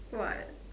what